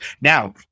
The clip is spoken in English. Now